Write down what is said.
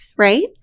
Right